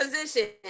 position